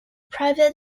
private